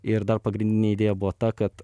ir dar pagrindinė idėja buvo ta kad